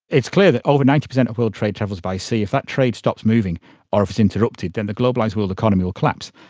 it's clear that over ninety percent of world trade travels by sea. if that trade stops moving or if it's interrupted, then the globalised world economy will collapse,